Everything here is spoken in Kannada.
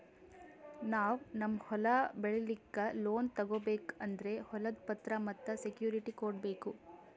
ನಾವ್ ನಮ್ ಹೊಲ ಬೆಳಿಲಿಕ್ಕ್ ಲೋನ್ ತಗೋಬೇಕ್ ಅಂದ್ರ ಹೊಲದ್ ಪತ್ರ ಮತ್ತ್ ಸೆಕ್ಯೂರಿಟಿ ಕೊಡ್ಬೇಕ್